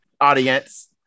audience